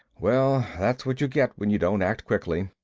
well, that's what you get when you don't act quickly.